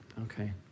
Okay